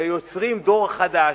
ויוצרים דור חדש.